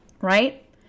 right